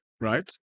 right